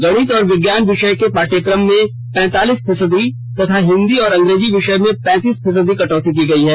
गणित और विज्ञान विषय के पाठयक्रम में पैंतालीस फीसदी तथा हिन्दी और अंग्रेजी विषय में पैंतीस फीसदी कटौती की गई है